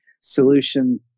solution